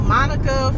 Monica